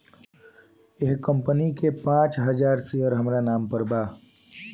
एह कंपनी के पांच हजार शेयर हामरा नाम पर बा